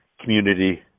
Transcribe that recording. community